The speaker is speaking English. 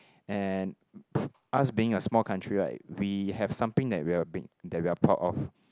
and us being a small country right we have something that we pr~ that we are proud of